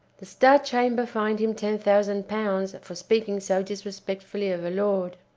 the star chamber fined him ten thousand pounds for speaking so disrespectfully of a lord.